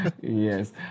Yes